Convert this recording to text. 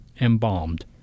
embalmed